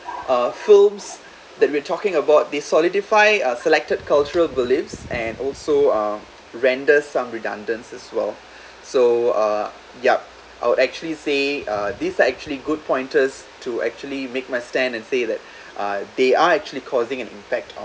uh films that we're talking about they solidify uh selected cultural beliefs and also uh renders some redundancy as well so uh yup I would actually say uh these are actually good pointers to actually make my stand and say that uh they actually causing an impact